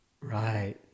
Right